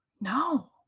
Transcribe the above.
No